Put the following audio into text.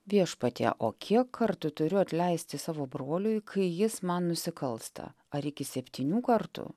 viešpatie o kiek kartų turiu atleisti savo broliui kai jis man nusikalsta ar iki septynių kartų